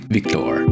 Victor